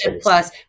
plus